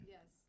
Yes